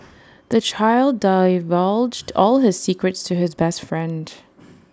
the child divulged all his secrets to his best friend